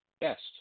best